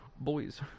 boys